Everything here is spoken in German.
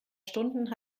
stunden